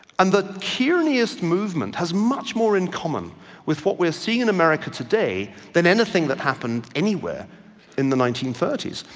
and the kierney-ist movement has much more in common with what we see in america today than anything that happened anywhere in the nineteen thirty s.